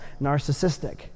narcissistic